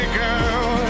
girl